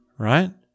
Right